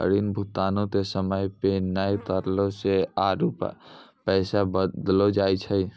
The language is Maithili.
ऋण भुगतानो के समय पे नै करला से आरु पैसा बढ़लो जाय छै